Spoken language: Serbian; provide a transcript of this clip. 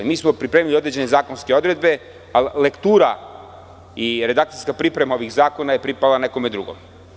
Mi smo pripremili određene zakonske odredbe, a lektura i redakcijska priprema ovih zakona je pripala nekome drugom.